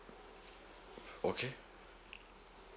okay